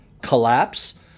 collapse